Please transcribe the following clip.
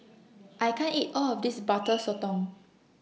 I can't eat All of This Butter Sotong